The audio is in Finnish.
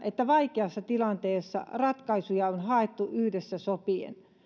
että vaikeassa tilanteessa ratkaisuja on haettu yhdessä sopien